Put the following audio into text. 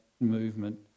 movement